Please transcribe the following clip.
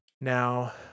Now